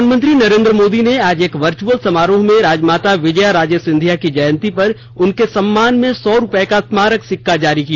प्रधानमंत्री नरेन्द्र मोदी ने आज एक वर्च्यअल समारोह में राजमाता विजया राजे सिंधिया की जयंती पर उनके सम्मान में सौ रुपए का स्मारक सिक्का जारी किया